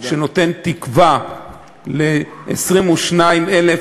שנותן תקווה לכ-22,000 איש,